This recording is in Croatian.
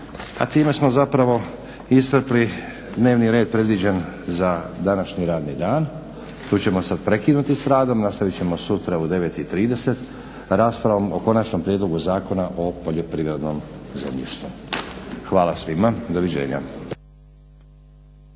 A time smo zapravo i iscrpili dnevni red predviđen za današnji radni dan. Tu ćemo sad prekinuti s radom. Nastavit ćemo sutra u 9,30 raspravom o Konačnom prijedlogu zakona o poljoprivrednom zemljištu. Hvala svima. Doviđenja.